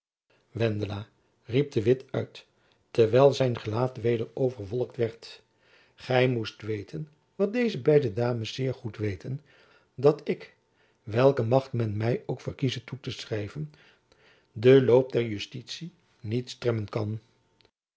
wendela riep de witt uit terwijl zijn gelaat weder overwolkt werd gy moest weten wat deze beide dames zeer goed weten dat ik welke macht men my ook verkieze toe te schrijven den loop der justitie niet stremmen kan